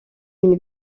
une